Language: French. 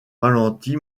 ralenti